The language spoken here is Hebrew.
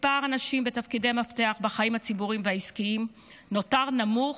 מספר הנשים בתפקידי מפתח בחיים הציבוריים והעסקיים נותר נמוך,